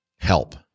help